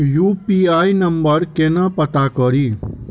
UPI number केना पत्ता कड़ी?